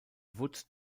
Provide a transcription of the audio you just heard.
wood